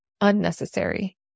unnecessary